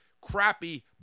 crappy